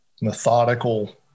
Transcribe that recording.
methodical